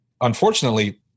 unfortunately